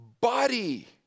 body